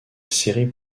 série